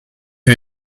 who